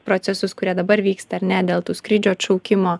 procesus kurie dabar vyksta ar ne dėl tų skrydžių atšaukimo